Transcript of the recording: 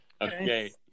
Okay